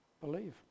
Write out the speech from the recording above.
believe